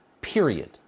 period